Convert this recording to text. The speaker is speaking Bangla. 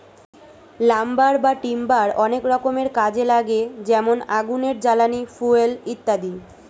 লাম্বার বা টিম্বার অনেক রকমের কাজে লাগে যেমন আগুনের জ্বালানি, ফুয়েল ইত্যাদি